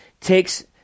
takes